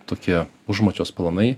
tokie užmačios planai